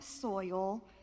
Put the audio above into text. soil